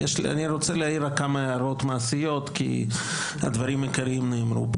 כמה הערות מעשיות כי הדברים המרכזיים נאמרו.